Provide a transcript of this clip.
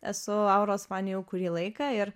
esu auros fanė jau kurį laiką ir